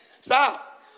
Stop